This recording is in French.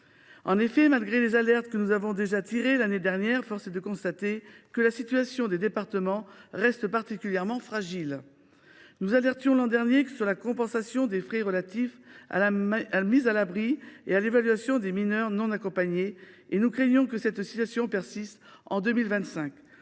En effet, malgré les avertissements que nous avions lancés l’année dernière, force est de constater que la situation des départements reste particulièrement fragile. Nous avions notamment lancé l’alerte sur la compensation des frais relatifs à la mise à l’abri et à l’évaluation des mineurs non accompagnés (MNA), or nous craignons que la situation ne persiste en 2025.